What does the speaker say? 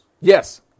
Yes